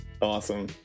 Awesome